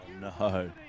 no